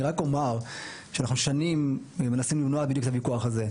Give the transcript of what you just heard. אני רק אומר שאנחנו שנים מנסים למנוע בדיוק את הוויכוח הזה.